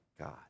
God